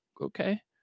okay